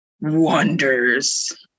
wonders